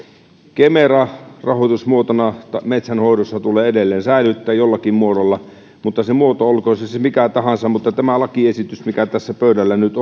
kemera rahoitusmuotona metsänhoidossa tulee edelleen säilyttää jollakin muodolla mutta se muoto olkoon se se mikä tahansa mutta tämä lakiesitys mikä tässä pöydällä nyt